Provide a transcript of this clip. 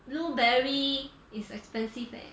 you know berry is expensive leh